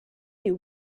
knew